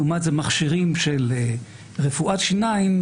לעומת זאת מכשירים של רפואת שיניים,